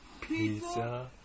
Pizza